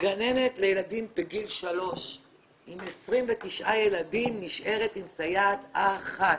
גננת לילדים בגיל 3 עם 29 או 27 ילדים נשארת עם סייעת אחת.